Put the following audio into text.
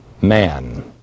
man